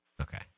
Okay